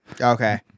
Okay